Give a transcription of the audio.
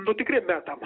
nu tikriem metam